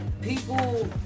people